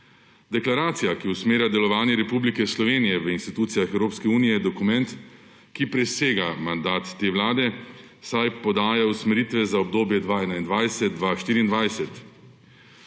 Deklaracija, ki usmerja delovanje Republike Slovenije v institucijah Evropske unije, je dokument, ki presega mandat te vlade, saj podaja usmeritve za obdobje 2021–2024.